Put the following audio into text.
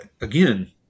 again